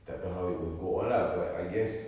tak tahu how it will go on lah but I guess